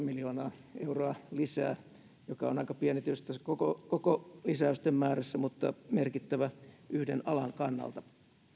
miljoonaa euroa lisää mikä on aika pieni tietysti tässä koko lisäysten määrässä mutta merkittävä yhden alan kannalta